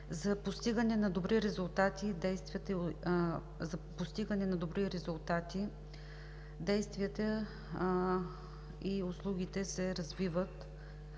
За постигане на добри резултати действията и услугите се развиват,